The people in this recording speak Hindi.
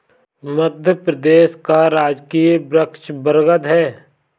मध्य प्रदेश का राजकीय वृक्ष बरगद है